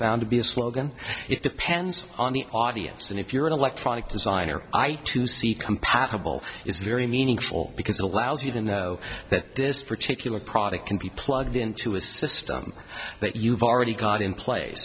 found to be a slogan it depends on the audience and if you're an electronic designer eye to see compatible is very meaningful because it allows you to know that this particular product can be plugged into a system that you've already got in place